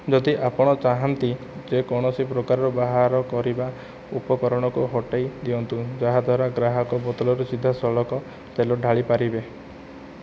ଯଦି ଆପଣ ଚାହାଁନ୍ତି ଯେକୌଣସି ପ୍ରକାରର ବାହାର କରିବା ଉପକରଣକୁ ହଟେଇ ଦିଅନ୍ତୁ ଯାହାଦ୍ୱାରା ଗ୍ରାହକ ବୋତଲରୁ ସିଧାସଳଖ ତେଲ ଢାଳିପାରିବେ